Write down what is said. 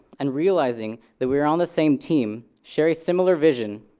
and realizing that we're on the same team, share a similar vision,